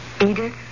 Edith